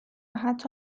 حتی